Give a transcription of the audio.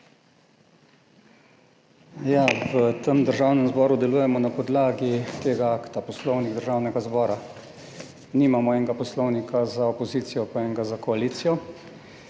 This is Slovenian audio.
v tem Državnem zboru delujemo na podlagi tega akta, Poslovnik Državnega zbora. Nimamo enega Poslovnika za opozicijo pa enega za koalicijo.